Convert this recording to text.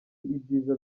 ibyiza